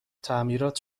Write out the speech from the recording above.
تعمیرات